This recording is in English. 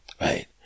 right